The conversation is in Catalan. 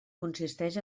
consisteix